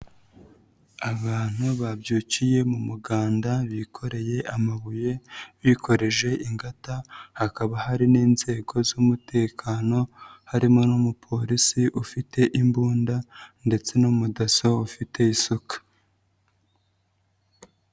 Abantu babyukiye mu muganda bikoreye amabuye bikoreje ingata, hakaba hari n'inzego z'umutekano, harimo n'umupolisi ufite imbunda ndetse n'umudaso ufite isuka.